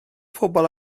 pobl